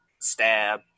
Stab